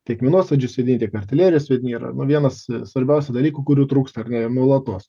tiek minosvaidžių sviediniai tiek artilerijos sviediniai yra nu vienas svarbiausių dalykų kurių trūksta ar ne ir nuolatos